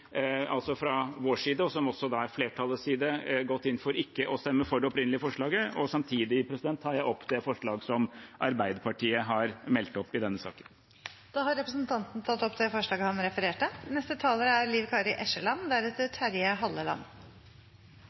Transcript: altså fra vår side – som også er flertallets side – gått inn for ikke å stemme for det opprinnelige forslaget. Samtidig tar jeg opp det forslaget som Arbeiderpartiet har i denne saken. Representanten Espen Barth Eide har tatt opp det forslaget han refererte